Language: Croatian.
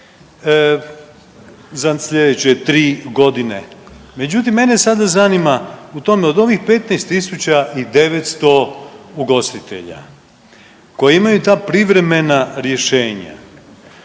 za slijedeće 3 godine. Međutim, mene sada zanima u tome od ovih 15.900 ugostitelja koji imaju ta privremena rješenja